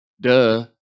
Duh